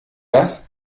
das